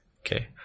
okay